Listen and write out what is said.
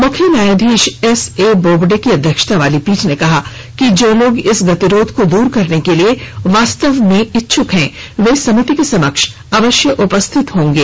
मुख्य न्यायाधीश S A Bobde की अध्यक्षता वाली पीठ ने कहा कि जो लोग इस गतिरोध को दूर करने के लिए वास्तव में इच्छुक हैं वे समिति के समक्ष अवश्य उपस्थित होंगे